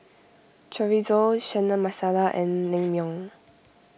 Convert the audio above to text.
Chorizo Chana Masala and Naengmyeon